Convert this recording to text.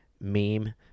meme